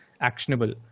actionable